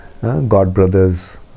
Godbrother's